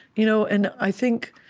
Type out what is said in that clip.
you know and i think,